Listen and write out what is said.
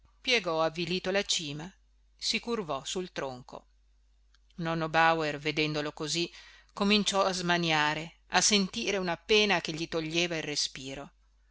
piegò avvilito la cima si curvò sul tronco nonno bauer vedendolo così cominciò a smaniare a sentire una pena che gli toglieva il respiro